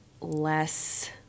less